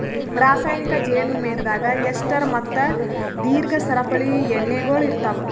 ರಾಸಾಯನಿಕ್ ಜೇನು ಮೇಣದಾಗ್ ಎಸ್ಟರ್ ಮತ್ತ ದೀರ್ಘ ಸರಪಳಿ ಎಣ್ಣೆಗೊಳ್ ಇರ್ತಾವ್